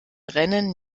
rennen